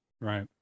Right